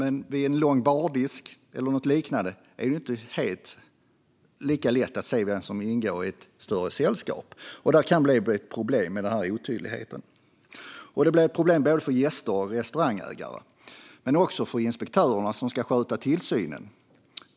Men vid en lång bardisk eller liknande är det inte lika lätt att se vem som ingår i ett större sällskap. Det kan bli problem med denna otydlighet för både gäster och restaurangägare men också för de inspektörer som ska sköta tillsynen.